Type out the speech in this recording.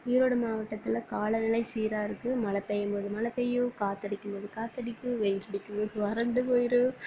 ஈரோடு மாவட்டத்தில் காலநிலை சீராக இருக்குது மழை பெய்யும் போது மழை பெய்யும் காற்றடிக்கும் போது காற்றடிக்கும் வெயில் அடிக்கும் போது வறண்டு போய்விடும்